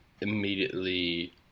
Immediately